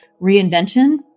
reinvention